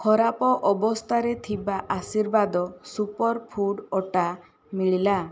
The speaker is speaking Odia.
ଖରାପ ଅବସ୍ଥାରେ ଥିବା ଆଶୀର୍ବାଦ ସୁପରଫୁଡ଼୍ ଅଟା ମିଳିଲା